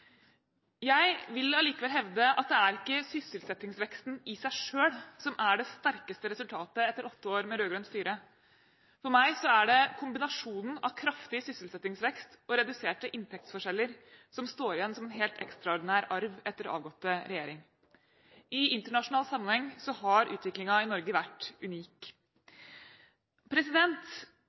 Jeg vil allikevel hevde at det er ikke sysselsettingsveksten i seg selv som er det sterkeste resultatet etter åtte år med rød-grønt styre. For meg er det kombinasjonen av kraftig sysselsettingsvekst og reduserte inntektsforskjeller som står igjen som en helt ekstraordinær arv etter den avgåtte regjering. I internasjonal sammenheng har utviklingen i Norge vært unik.